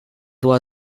dur